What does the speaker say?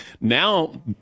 Now